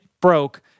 broke